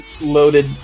loaded